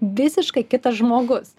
visiškai kitas žmogus